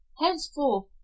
Henceforth